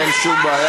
אין שום בעיה.